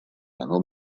menor